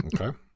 Okay